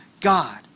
God